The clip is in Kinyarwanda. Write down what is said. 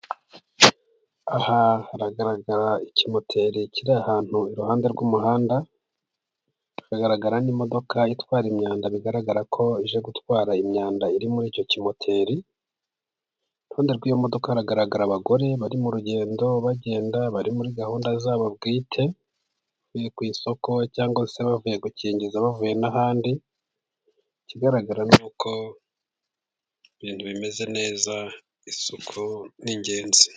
Aha haragaragara ikimoteri kiri ahantu iruhande rw'umuhanda. Hagaragara n'imodoka itwara imyanda bigaragara ko ije gutwara imyanda iri muri icyo kimoteri. Iruhande rw'imodoka hagaragara abagore bari mu rugendo, bagenda bari muri gahunda zabo bwite, bavuye ku isoko cyangwa se bavuye gukingiza, bavuye n'ahandi. Ikigaragara ni uko ibintu bimeze neza isuku ni ingenzi.